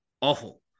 awful